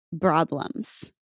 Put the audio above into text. problems